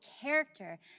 character